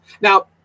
Now